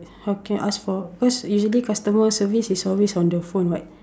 how can I ask for cause usually customer service is always on the phone [what]